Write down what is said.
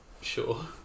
sure